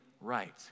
right